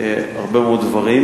הרבה מאוד דברים.